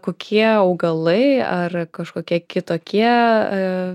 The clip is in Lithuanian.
kokie augalai ar kažkokie kitokie